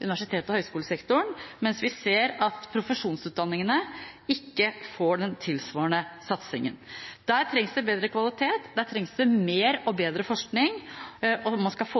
universitets- og høyskolesektoren, mens vi ser at profesjonsutdanningene ikke får den tilsvarende satsingen. Der trengs det bedre kvalitet. Der trengs det mer og bedre forskning om man skal